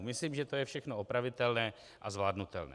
Myslím, že to je všechno opravitelné a zvládnutelné.